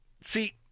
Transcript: See